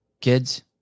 Kids